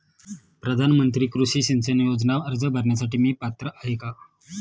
प्रधानमंत्री कृषी सिंचन योजना अर्ज भरण्यासाठी मी पात्र आहे का?